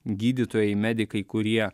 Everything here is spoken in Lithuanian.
gydytojai medikai kurie